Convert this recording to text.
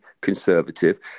conservative